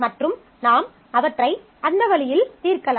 மற்றும் நாம் அவற்றை அந்த வழியில் தீர்க்கலாம்